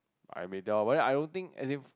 I may tell but then I don't think as in